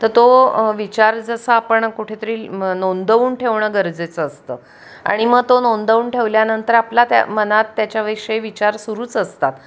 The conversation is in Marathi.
तर तो विचार जसा आपण कुठेतरी नोंदवून ठेवणं गरजेचं असतं आणि मग तो नोंदवून ठेवल्यानंतर आपला त्या मनात त्याच्याविषयी विचार सुरूच असतात